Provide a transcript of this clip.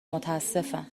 متاسفم